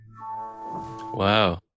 Wow